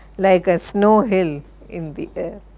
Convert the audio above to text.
like a snow hill in the air.